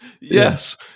Yes